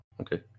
Okay